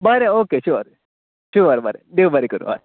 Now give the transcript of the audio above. बरें okay sure sure बरें हय देव बरें करूं